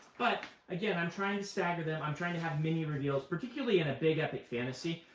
but, again, i'm trying to stagger them. i'm trying to have mini reveals. particularly in a big, epic fantasy,